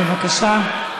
בבקשה.